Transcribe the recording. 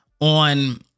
on